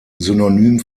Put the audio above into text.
synonym